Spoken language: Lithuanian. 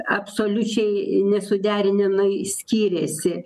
absoliučiai nesuderinamai skyrėsi